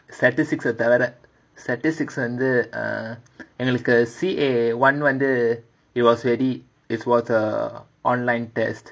statistics தவிர:thavira statistics வந்து:vandhu uh எங்களுக்கு:engalukku C_A one வந்து:vandhu it was already it's uh online test